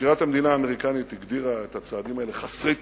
מזכירת המדינה האמריקנית הגדירה את הצעדים האלה "חסרי תקדים".